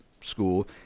school